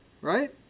right